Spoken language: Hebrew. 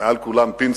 ומעל כולם פינסקר.